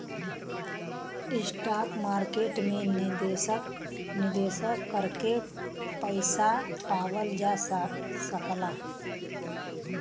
stock market में निवेश करके पइसा पावल जा सकला